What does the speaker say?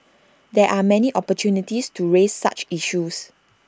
there are many opportunities to raise such issues